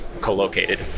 co-located